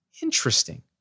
interesting